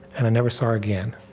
and i never saw her again.